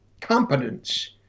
competence